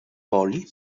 woli